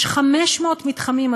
יש 500 מתחמים,